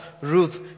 Ruth